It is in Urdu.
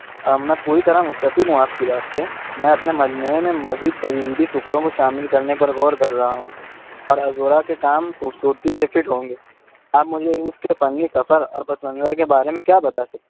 میں پوری طرح متفق ہوں آپ کی بات سے میں اپنے مجموعے میں مزید تجریدی ٹکڑوں کو شامل کرنے پر غور کر رہا ہوں اور عذورا کے کام خوب صورتی سے فٹ ہونگے آپ مجھے اس کے فنی سفر اور پس منظر کے بارے میں کیا بتا سکتے ہیں